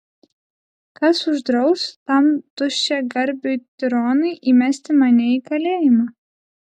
kas uždraus tam tuščiagarbiui tironui įmesti mane į kalėjimą